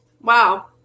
Wow